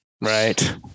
Right